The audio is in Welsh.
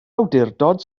awdurdod